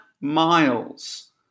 Miles